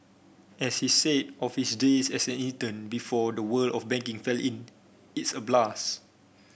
as he said of his days as an intern before the world of banking fell in it's a blast